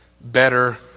better